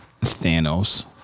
Thanos